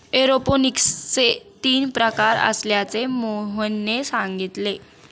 एरोपोनिक्सचे तीन प्रकार असल्याचे मोहनने सांगितले